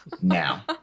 now